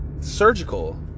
surgical